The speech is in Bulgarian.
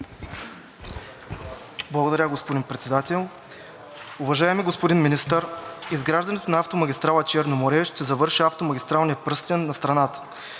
Благодаря, господин Председател. Уважаеми господин Министър, изграждането на автомагистрала „Черно море“ ще завърши автомагистралния пръстен на страната,